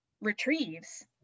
retrieves